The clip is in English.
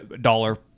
Dollar